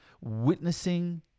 Witnessing